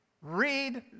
Read